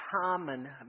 common